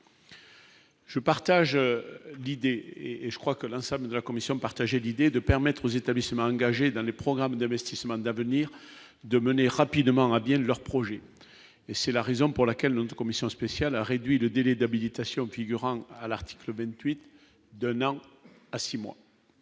Je partage l'idée et je crois que là ça ne la commission partager l'idée de permettre aux établissements engagés dans les programmes d'investissements d'avenir de mener rapidement à bien de leur projet et c'est la raison pour laquelle notre commission spéciale a réduit le délai d'habilitation qui durant à l'article 28 de à 6 mois,